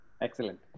Excellent